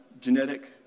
genetic